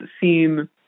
seem